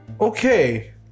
okay